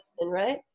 right